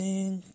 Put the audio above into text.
Sing